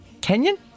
Kenyan